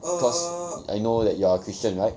because I know that you are a christian right